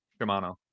Shimano